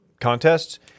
contests